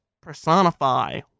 personify